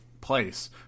place